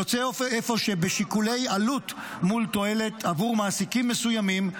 יוצא אפוא שבשיקולי עלות מול תועלת עבור מעסיקים מסוימים,